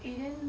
eh then